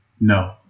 No